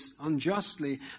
unjustly